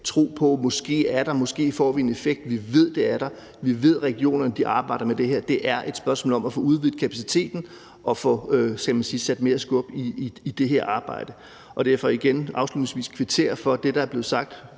tro på måske er der og måske får en effekt. Vi ved, at det er der. Vi ved, at regionerne arbejder med det her. Det er et spørgsmål om at få udvidet kapaciteten og få sat mere skub i det her arbejde. Derfor vil jeg igen afslutningsvis kvittere for det, der er blevet sagt,